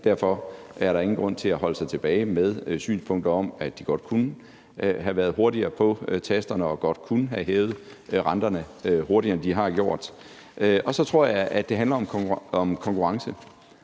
derfor er der ingen grund til at holde sig tilbage med synspunkter om, at de godt kunne have været hurtigere på tasterne og godt kunne have hævet renterne hurtigere, end de har gjort. Og så tror jeg, at det handler om konkurrence.